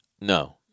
No